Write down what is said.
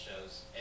shows